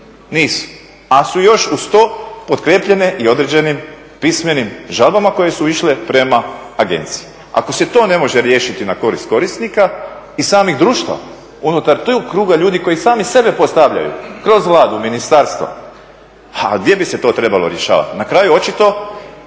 nisu. Ali su još uz to potkrijepljene i određenim pismenim žalbama koje su išle prema agenciji. Ako se to ne može riješiti na korist korisnika i samih društava unutar tog kruga ljudi koji sami sebe postavljaju kroz Vladu, ministarstva. A gdje bi se to trebalo rješavati? Na kraju očito